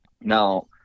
Now